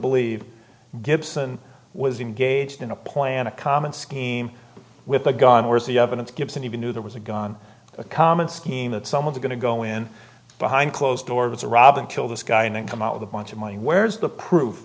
believe gibson was engaged in a point and a common scheme with a gun where's the evidence gibson even knew there was a gun a common scheme that some of the going to go in behind closed doors to rob and kill this guy and then come out with a bunch of money where's the proof